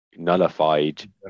nullified